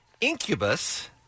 Incubus